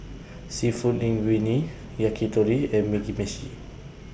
Seafood Linguine Yakitori and Mugi Meshi